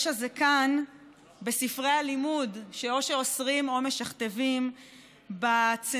יש"ע זה כאן בספרי הלימוד שאו שאוסרים או משכתבים בצנזורה,